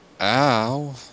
Ow